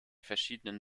verschiedenen